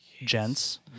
gents